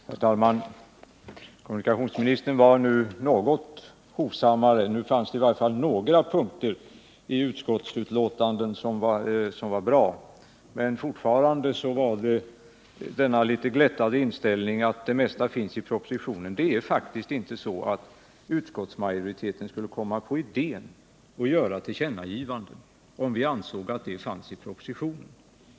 Herr talman! Kommunikationsministern var nu något hovsammare. Nu fanns det i varje fall några punkter i utskottsbetänkandet som var bra. Men fortfarande hade statsrådet denna litet glättade inställning att det mesta finns i propositionen. Utskottsmajoriteten skulle faktiskt inte komma på idén att föreslå tillkännagivanden om saker som vi ansåg fanns i propositionen.